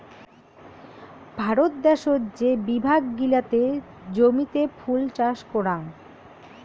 ভারত দ্যাশোত যে বিভাগ গিলাতে জমিতে ফুল চাষ করাং